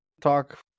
talk